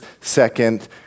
second